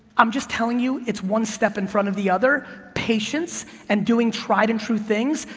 i'm just telling you it's one step in front of the other, patience and doing tried and true things.